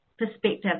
perspective